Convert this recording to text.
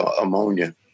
ammonia